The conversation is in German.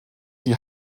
die